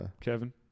Kevin